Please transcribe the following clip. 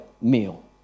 meal